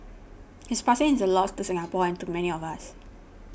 his passing is a loss to Singapore and to many of us